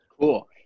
Cool